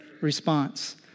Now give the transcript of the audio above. response